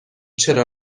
چرا